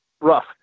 rough